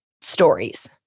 stories